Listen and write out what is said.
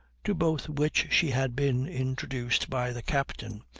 to both which she had been introduced by the captain,